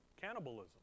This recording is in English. Cannibalism